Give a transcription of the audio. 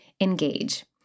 engage